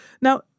Now